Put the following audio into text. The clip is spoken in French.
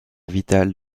vitale